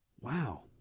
Wow